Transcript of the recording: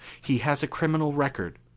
he has a criminal record.